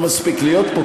לא מספיק להיות פה,